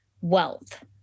wealth